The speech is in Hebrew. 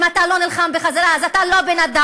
ואם אתה לא נלחם בחזרה אז אתה לא בן-אדם,